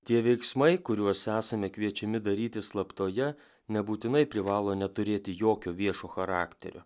tie veiksmai kuriuos esame kviečiami daryti slaptoje nebūtinai privalo neturėti jokio viešo charakterio